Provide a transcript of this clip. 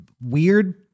weird